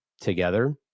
together